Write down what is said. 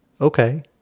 Okay